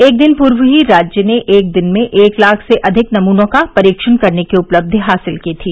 एक दिन पूर्व ही राज्य ने एक दिन में एक लाख से अधिक नमूनों का परीक्षण करने की उपलब्धि हासिल की थी